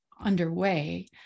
underway